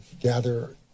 gather